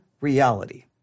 reality